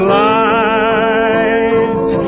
light